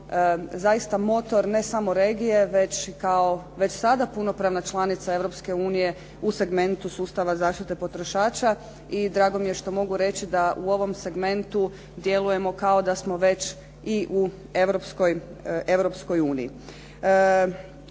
zaista motor ne samo regije već i kao, već sada punopravna članica Europske unije u segmentu sustava zaštite potrošača. I drago mi je što mogu reći da u ovom segmentu djelujemo kao da smo već i u